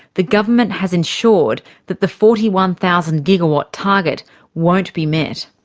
the government has ensured that the forty one thousand gigawatt-target won't be met.